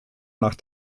nach